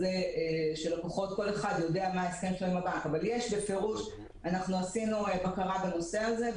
אבל אנחנו בפירוש עשינו בקרה בנושא הזה,